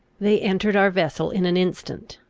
they entered our vessel in an instant.